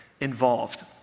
involved